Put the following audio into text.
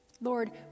Lord